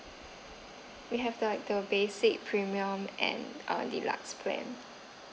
we have like the basic premium and uh deluxe plan